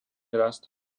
rast